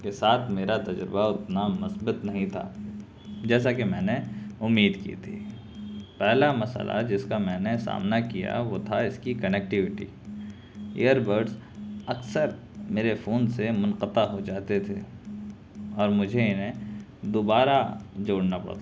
کے ساتھ میرا تجربہ اتنا مثبت نہیں تھا جیسا کہ میں نے امید کی تھی پہلا مسئلہ جس کا میں نے سامنا کیا وہ تھا اس کی کنیکٹوٹی ایئر بڈس اکثر میرے فون سے منقطع ہو جاتے تھے اور مجھے انہیں دوبارہ جوڑنا پڑتا تھا